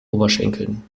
oberschenkeln